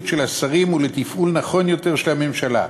של השרים ולתפעול נכון יותר של הממשלה.